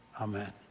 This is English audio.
Amen